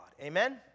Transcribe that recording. Amen